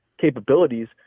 capabilities